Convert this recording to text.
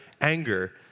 anger